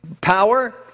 power